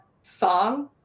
song